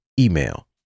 email